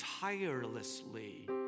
tirelessly